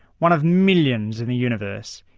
one of millions in the universe,